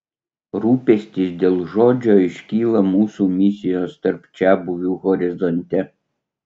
rūpestis dėl žodžio iškyla mūsų misijos tarp čiabuvių horizonte